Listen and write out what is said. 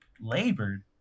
labored